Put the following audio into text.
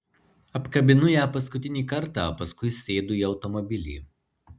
apkabinu ją paskutinį kartą paskui sėdu į automobilį